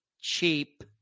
cheap